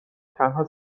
تنها